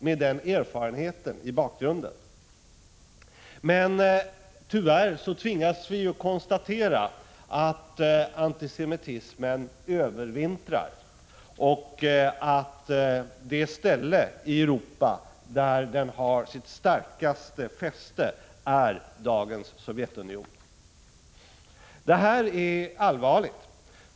Men tyvärr tvingas vi konstatera att antisemitismen har övervintrat och att det ställe i Europa där den har sitt starkaste fäste är dagens Sovjetunionen. Detta är allvarligt.